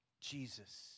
Jesus